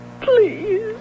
Please